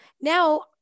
now